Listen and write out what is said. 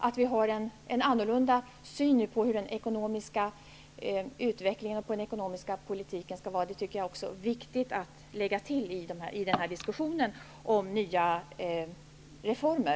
Att vi har en annorlunda syn på hur den ekonomiska utvecklingen och den ekonomiska politiken skall vara tycker jag också är viktigt att lägga till i diskussionen om nya reformer.